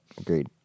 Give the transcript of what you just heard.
Agreed